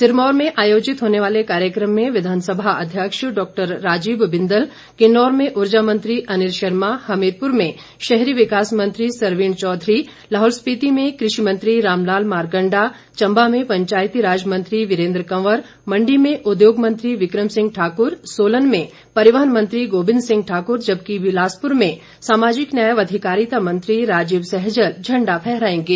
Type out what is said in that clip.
सिरमौर में आयोजित होने वाले कार्यक्रम में विधानसभा अध्यक्ष डॉक्टर राजीव बिंदल किन्नौर में ऊर्जा मंत्री अनिल शर्मा हमीरपुर में शहरी विकास मंत्री सरवीण चौधरी लाहौल स्पीति में कृषि मंत्री रामलाल मारकंडा चंबा में पंचायती राज मंत्री वीरेंद्र कवंर मंडी में उद्योग मंत्री विक्रम सिंह ठाकुर सोलन में परिवहन मंत्री गोविन्द सिंह ठाकुर जबकि बिलासपुर में सामाजिक न्याय व अधिकारिता मंत्री राजीव सहजल झंडा फहरायेंगे